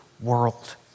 world